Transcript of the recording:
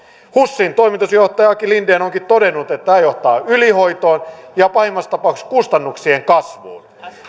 husin toimitusjohtaja aki linden onkin todennut että tämä johtaa ylihoitoon ja pahimmassa tapauksessa kustannuksien kasvuun